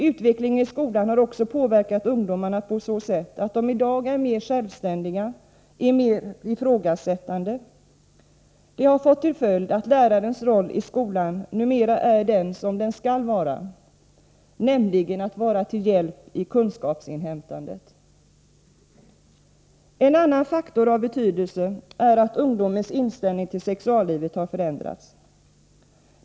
Utvecklingen i skolan har också påverkat ungdomarna på så sätt att de i dag är mer självständiga, mer ifrågasättande. Det har fått till följd att lärarens roll i skolan numera är den som den skall vara, nämligen att vara till hjälp i kunskapsinhämtandet. En annan faktor av betydelse är att ungdomens inställning till sexuallivet har förändrats.